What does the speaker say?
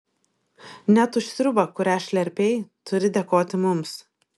net už sriubą kurią šlerpei turi dėkoti mums